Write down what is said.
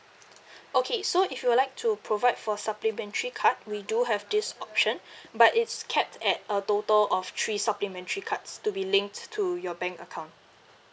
okay so if you would like to provide for supplementary card we do have this option but it's capped at a total of three supplementary cards to be linked to your bank account